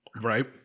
Right